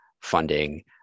funding